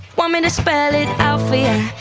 want me to spell it out for you?